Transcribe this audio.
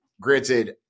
Granted